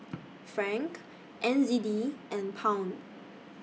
Franc N Z D and Pound